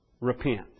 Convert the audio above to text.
repent